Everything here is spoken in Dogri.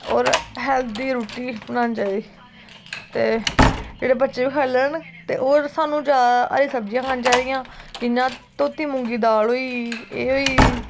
होर हैल्दी रुट्टी बनानी चाहिदी ते जेह्ड़ी बच्चे बी खाई लैन ते होर सानू ज्यादा हरी सब्जियां खानी चाहिदियां जियां धोती मुंगी दाल होई एह् होई